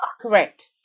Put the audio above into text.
Correct